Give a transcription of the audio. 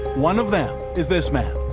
one of them is this man,